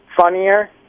funnier